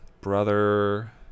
Brother